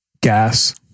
Gas